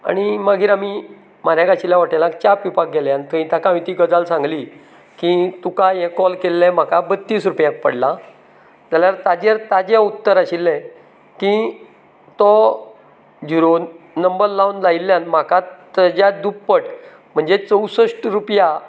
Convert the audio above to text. आनी मागीर आमी म्हऱ्याक आशिल्ल्या हॉटेलाक च्या पिवपाक गेले आनी थंय ताका हांवें ती गजाल सांगली की तुका हे कॉल केल्लें म्हाका बत्तीस रुपयांक पडलां जाल्यार ताजेर ताजे उत्तर आशिल्ले की तो झिरो नंबर लावन लायिल्ल्यान म्हाका तेज्या दुप्पट म्हणजें चोवश्ट रुपयां